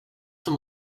them